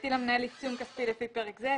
"הטיל המנהל עיצום כספי לפי פרק זה,